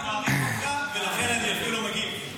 אני מעריך אותך, לכן אני אפילו לא מגיב.